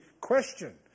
Question